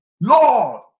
Lord